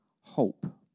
hope